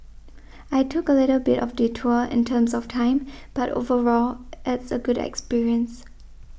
I took a little bit of detour in terms of time but overall it's a good experience